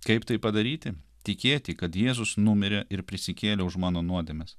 kaip tai padaryti tikėti kad jėzus numirė ir prisikėlė už mano nuodėmes